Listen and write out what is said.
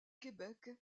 québec